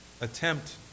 attempt